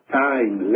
time